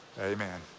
Amen